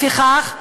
לפיכך,